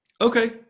okay